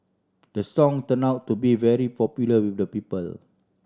the song turn out to be very popular with the people